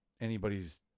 anybody's